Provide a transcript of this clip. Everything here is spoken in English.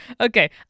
Okay